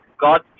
God